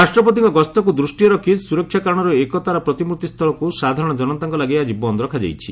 ରାଷ୍ଟ୍ରପତିଙ୍କ ଗସ୍ତକୁ ଦୃଷ୍ଟରେ ରଖି ସୁରକ୍ଷା କାରଣରୁ ଏକତାର ପ୍ରତିମୂର୍ତ୍ତି ସ୍ଥଳକୁ ସାଧାରଣ ଜନତାଙ୍କ ଲାଗି ଆକି ବନ୍ଦ ରଖାଯାଇଛି